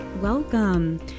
Welcome